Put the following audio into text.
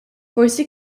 forsi